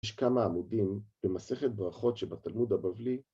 ‫יש כמה עמודים במסכת ברכות ‫שבתלמוד הבבלי